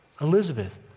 Elizabeth